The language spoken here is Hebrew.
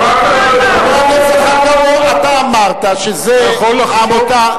חבר הכנסת זחאלקה, אתה אמרת שזו עמותה,